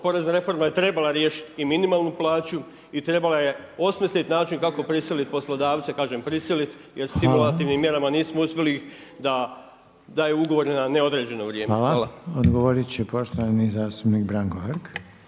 porezna reforma je trebala riješiti i minimalnu plaću i trebala je osmisliti način kako prisilit poslodavce, kažem prisilit jer stimulativnim mjerama nismo uspjeli da je ugovor na neodređeno vrijeme. **Reiner, Željko (HDZ)** Hvala. Odgovorit će poštovani zastupnik Branko Hrg.